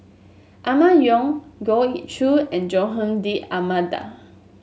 Emma Yong Goh Ee Choo and Joaquim D'Almeida